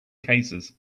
cases